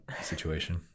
situation